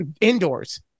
indoors